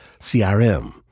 CRM